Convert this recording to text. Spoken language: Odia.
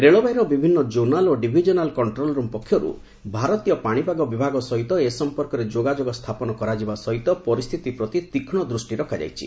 ରେଳବାଇର ବିଭିନ୍ନ ଜୋନାଲ୍ ଓ ଡିଭିଜନାଲ୍ କଷ୍ଟ୍ରୋଲ୍ରୁମ୍ ପକ୍ଷରୁ ଭାରତୀୟ ପାଣିପାଗ ବିଭାଗ ସହିତ ଏ ସମ୍ପର୍କରେ ଯୋଗାଯୋଗ ସ୍ଥାପନ କରାଯିବା ସହିତ ପରିସ୍ଥିତି ପ୍ରତି ତୀକ୍ଷ୍ମ ଦୂଷ୍ଟି ରଖାଯାଇଛି